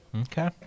okay